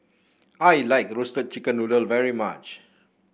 I like Roasted Chicken Noodle very much